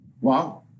wow